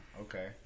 okay